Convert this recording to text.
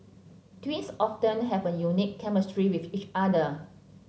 twins often have a unique chemistry with each other